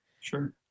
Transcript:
Sure